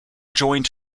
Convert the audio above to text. joined